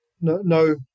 no